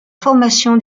formation